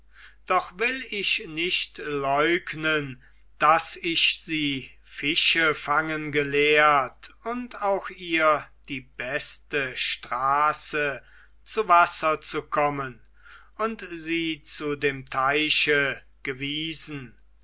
doch will ich nicht leugnen daß ich sie fische fangen gelehrt und auch ihr die beste straße zu wasser zu kommen und sie zu dem teiche gewiesen